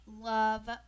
love